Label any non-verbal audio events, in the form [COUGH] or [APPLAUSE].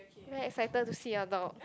[NOISE] very excited to see your dog